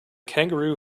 kangaroo